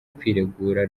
kwiregura